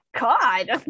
God